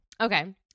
Okay